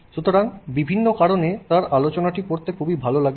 সুতরাং বিভিন্ন কারণে তাঁর আলোচনাটি পড়তে খুবই ভালো লাগে